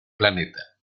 planeta